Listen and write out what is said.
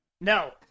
No